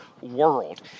world